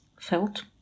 felt